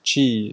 去